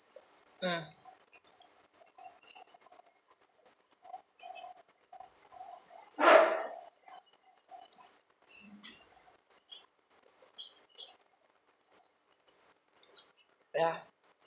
mm yeah